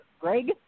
Greg